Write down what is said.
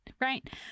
right